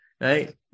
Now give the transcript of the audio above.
right